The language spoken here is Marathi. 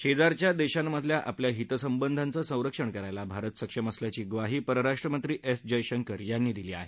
शेजारच्या देशांममधल्या आपल्या हितसंबधाच रक्षण करायला भारत सक्षम असल्याची ग्वाही परराष्ट्र मंत्री एस जयशंकर यांनी दिली आहे